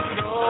no